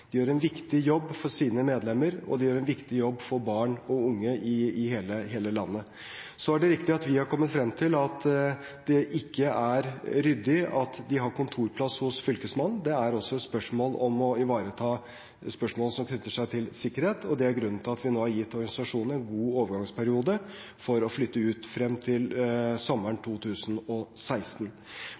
organisasjonene gjør en veldig viktig jobb. De gjør en viktig jobb for sine medlemmer, og de gjør en viktig jobb for barn og unge i hele landet. Så er det riktig at vi har kommet frem til at det ikke er ryddig at de har kontorplass hos Fylkesmannen. Det er også et spørsmål som knytter seg til sikkerhet. Det er grunnen til at vi nå har gitt organisasjonene en god overgangsperiode for å flytte ut, frem til sommeren 2016.